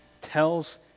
tells